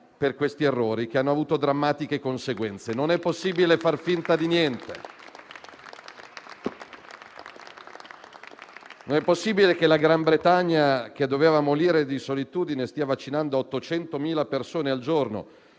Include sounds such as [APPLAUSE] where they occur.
per errori che hanno avuto drammatiche conseguenze. Non è possibile far finta di niente. [APPLAUSE] Non è possibile che il Regno Unito, che doveva morire di solitudine, stia vaccinando 800.000 persone al giorno;